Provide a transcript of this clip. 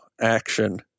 action